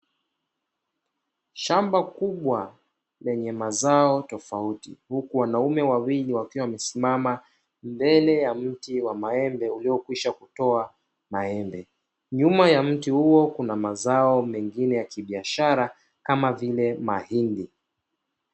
Shamba kubwa lenye mazao tofauti, huku wanaume wawili wakiwa wamesimama mbele ya mti wa maembe uliokwisha kutoa maembe. Nyuma ya mti huo kuna mazao mengine ya kibiashara kama vile mahindi.